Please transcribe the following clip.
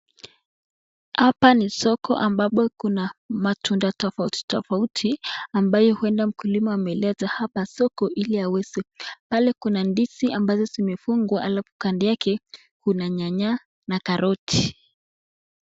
Hapa ni soko ambapo kuna matunda tofauti tofauti ambayo huenda mkulima ameileta hapa soko ili aweze. Pale kuna ndizi ambazo zimefungwa alafu kando yake kuna nyanya na karoti.